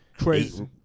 Crazy